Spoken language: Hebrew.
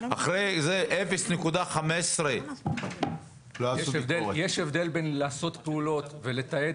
אחרי 0.15. יש הבדל בין לעשות פעולות ולתעד